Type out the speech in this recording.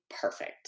perfect